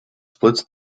splits